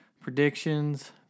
predictions